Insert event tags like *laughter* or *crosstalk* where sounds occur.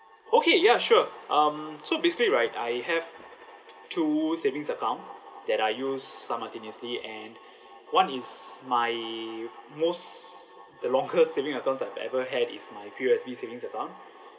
okay ya sure um so basically right I have two savings account that I use simultaneously and one is my most the longest saving accounts I've ever had is my P_O_S_B savings account *breath*